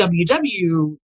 WW